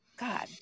God